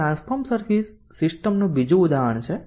આ transform service સીસ્ટમનું બીજું ઉદાહરણ છે